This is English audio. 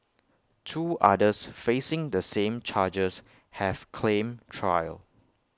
two others facing the same charges have claimed trial